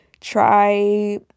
try